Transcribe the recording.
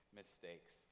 mistakes